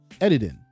editing